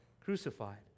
crucified